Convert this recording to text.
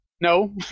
No